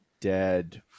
dead